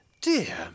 Dear